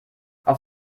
auf